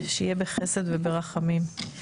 ושיהיה בחסד וברחמים.